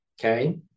Okay